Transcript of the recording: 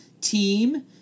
team